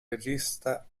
regista